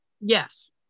Yes